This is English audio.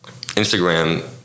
Instagram